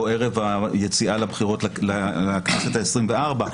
ערב יציאה לבחירות לכנסת העשרים-וארבע.